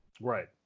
Right